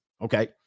Okay